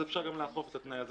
אז אפשר גם לאכוף את התנאי הזה,